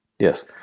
Yes